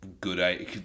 good